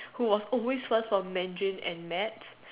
who was always first for Mandarin and maths